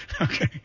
okay